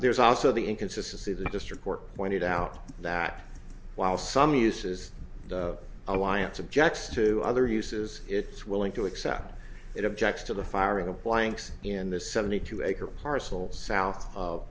there's also the inconsistency the district court pointed out that while some uses alliance objects to other uses it's willing to accept it objects to the firing of blanks in the seventy two acre parcel south of